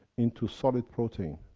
into solid protein,